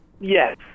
Yes